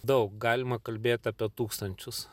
daug galima kalbėt apie tūkstančius